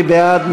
מי בעד?